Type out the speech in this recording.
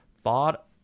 thought